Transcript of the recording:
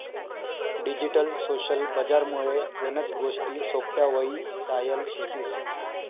digital social बजार मुळे गनच गोष्टी सोप्प्या व्हई जायल शेतीस